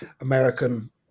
American